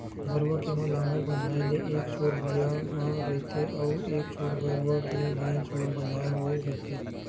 गरूवा के म लांहगर बंधाय ले एक छोर भिंयाँ म रहिथे अउ एक छोर गरूवा के घेंच म बंधाय होय रहिथे